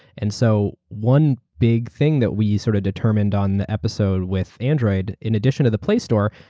and so one big thing that we sort of determined on the episode with android in addition to the play store,